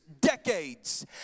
decades